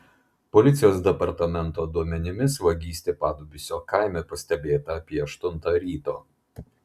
policijos departamento duomenimis vagystė padubysio kaime pastebėta apie aštuntą ryto